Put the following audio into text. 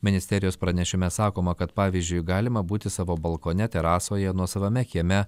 ministerijos pranešime sakoma kad pavyzdžiui galima būti savo balkone terasoje nuosavame kieme